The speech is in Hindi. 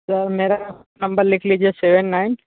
सर मेरा नंबर लिख लीजिए सेवेन नाइन